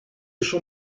champ